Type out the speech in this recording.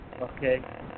Okay